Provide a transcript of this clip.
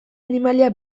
animalia